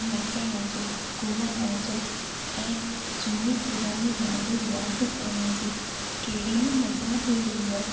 नचण जो घुमण जो ऐं झूनी पुराणी यादो याद करण जी कहिड़ी न मज़ा हुई उहा